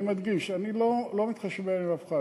ואני מדגיש: אני לא מתחשבן עם אף אחד,